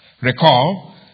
Recall